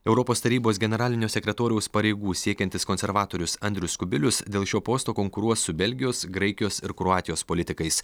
europos tarybos generalinio sekretoriaus pareigų siekiantis konservatorius andrius kubilius dėl šio posto konkuruos su belgijos graikijos ir kroatijos politikais